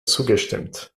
zugestimmt